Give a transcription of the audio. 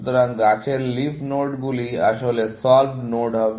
সুতরাং গাছের লিফ নোডগুলি আসলে সলভড নোড হবে